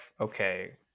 okay